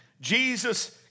Jesus